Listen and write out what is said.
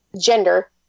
gender